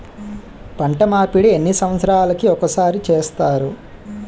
పంట మార్పిడి ఎన్ని సంవత్సరాలకి ఒక్కసారి చేస్తారు?